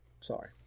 Sorry